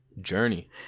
Journey